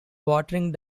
watering